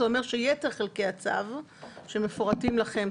זה אומר שיתר חלקי הצו שמפורטים לכם